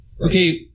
Okay